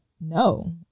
no